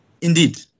Indeed